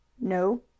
No